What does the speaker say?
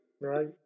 Right